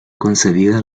concedida